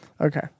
Okay